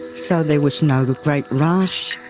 so there was no great rush.